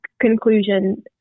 conclusion